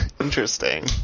interesting